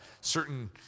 certain